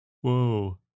Whoa